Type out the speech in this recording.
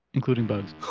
including bugs.